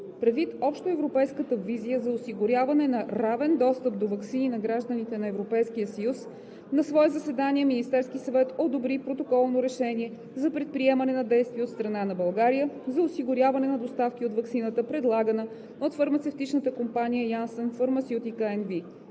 Предвид общоевропейската визия за осигуряване на равен достъп до ваксини на гражданите на Европейския съюз на свое заседание Министерският съвет одобри протоколно решение за предприемане на действия от страна на България за осигуряване на доставки от ваксината, предлагана от фармацевтичната компания Janssen Pharmaceutica NV.